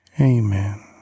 Amen